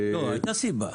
הייתה סיבה.